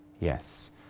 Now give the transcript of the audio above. Yes